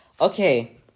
Okay